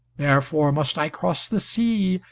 therefore must i cross the sea,